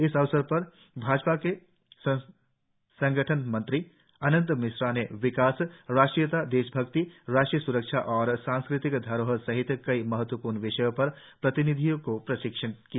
इस अवसर पर भाजपा के संगठन मंत्री अनंत मिश्रा ने विकास राष्ट्रीयता देशभक्ति राष्ट्रीय स्रक्षा और सांस्कृतिक धरोहर सहित कई महत्वपूर्ण विषयों पर प्रतिनिधियों को प्रशिक्षित किया